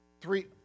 Three